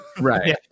right